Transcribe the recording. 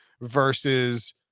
versus